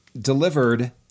delivered